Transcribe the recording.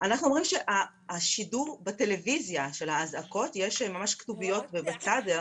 אנחנו אומרים שהשידור בטלוויזיה של האזעקות יש ממש כתוביות בצד,